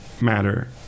matter